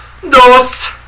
dos